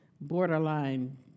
borderline